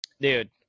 dude